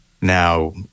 now